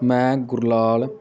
ਮੈਂ ਗੁਰਲਾਲ